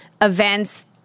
events